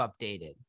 updated